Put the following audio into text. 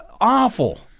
awful